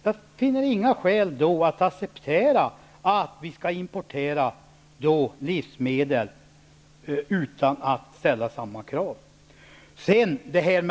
Jag finner då inga skäl att acceptera att vi skall importera livsmedel utan att ställa samma krav på dessa.